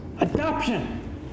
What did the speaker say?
Adoption